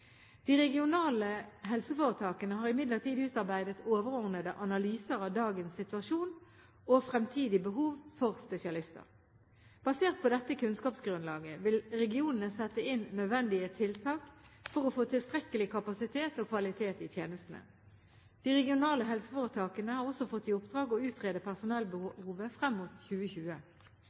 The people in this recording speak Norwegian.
De regionale helseforetakene har imidlertid utarbeidet overordnede analyser av dagens situasjon og fremtidig behov for spesialister. Basert på dette kunnskapsgrunnlaget vil regionene sette inn nødvendige tiltak for å få tilstrekkelig kapasitet og kvalitet i tjenestene. De regionale helseforetakene har også fått i oppdrag å utrede personellbehovet frem mot 2020.